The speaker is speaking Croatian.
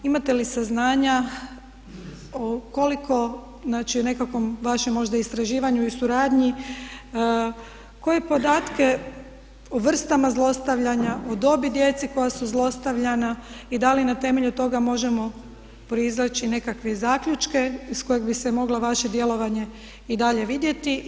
Imate li saznanja koliko znači u nekakvom vašem istraživanju i suradnji, koje podatke o vrstama zlostavljanja, o dobi djece koja su zlostavljana i da li na temelju toga možemo proizvući nekakve zaključke iz kojeg bi se moglo vaše djelovanje i dalje vidjeti.